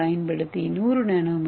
ஏவைப் பயன்படுத்தி 100 என்